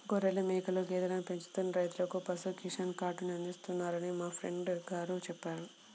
గొర్రెలు, మేకలు, గేదెలను పెంచుతున్న రైతులకు పశు కిసాన్ కార్డుని అందిస్తున్నారని మా ప్రెసిడెంట్ గారు చెప్పారు